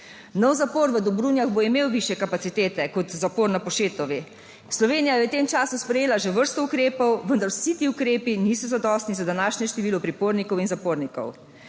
Nov zapor v Dobrunjah bo imel višje kapacitete kot zapor na Povšetovi. Slovenija je v tem času sprejela že vrsto ukrepov, vendar vsi ti ukrepi niso zadostni za današnje število pripornikov in zapornikov.